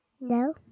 No